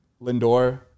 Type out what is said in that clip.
Lindor